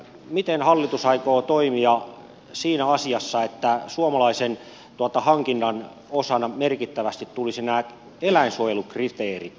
miten hallitus aikoo toimia siinä asiassa että suomalaisen hankinnan osana merkittävästi tulisivat nämä eläinsuojelukriteerit esille